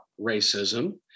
racism